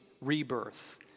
rebirth